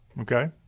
Okay